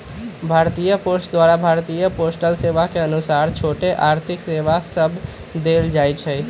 भारतीय पोस्ट द्वारा भारतीय पोस्टल सेवा के अनुसार छोट आर्थिक सेवा सभ देल जाइ छइ